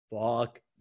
fuck